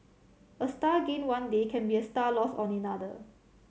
a star gained one day can be a star lost on another